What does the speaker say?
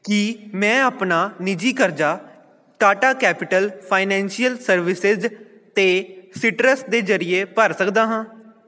ਕੀ ਮੈਂ ਆਪਣਾ ਨਿੱਜੀ ਕਰਜ਼ਾ ਟਾਟਾ ਕੈਪੀਟਲ ਫਾਈਨੈਂਸ਼ੀਅਲ ਸਰਵਿਸਿਜ਼ 'ਤੇ ਸੀਟਰਸ ਦੇ ਜ਼ਰੀਏ ਭਰ ਸਕਦਾ ਹਾਂ